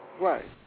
Right